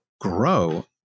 grow